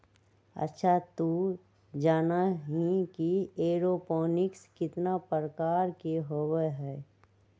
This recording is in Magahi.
अच्छा तू जाना ही कि एरोपोनिक्स कितना प्रकार के होबा हई?